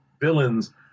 villains